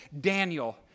Daniel